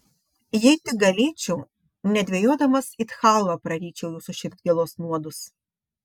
jei tik galėčiau nedvejodamas it chalvą praryčiau jūsų širdgėlos nuodus